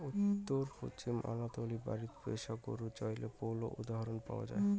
উত্তর পশ্চিম আনাতোলিয়ায় বাড়িত পোষা গরু চইলের পৈলা উদাহরণ পাওয়া যায়